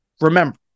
Remember